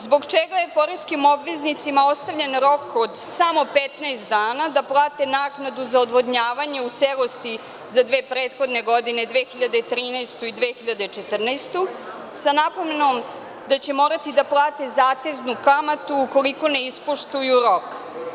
Zbog čega je poreskim obveznicima ostavljen rok od samo 15 dana da plate naknadu za navodnjavanje u celosti za dve prethodne godine, 2013. i 2014, sa napomenom da će morati da plate zateznu kamatu ukoliko ne ispoštuju rok?